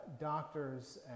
doctors